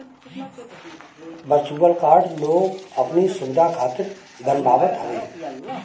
virtual card लोग अपनी सुविधा खातिर बनवावत हवे